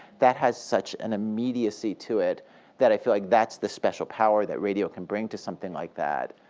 that has such an immediacy to it that i feel like that's the special power that radio can bring to something like that.